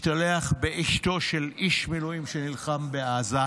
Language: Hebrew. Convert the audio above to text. משתלח באשתו של איש מילואים שנלחם בעזה.